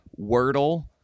Wordle